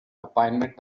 appointment